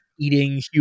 eating